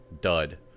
dud